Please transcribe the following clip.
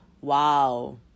wow